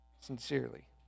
sincerely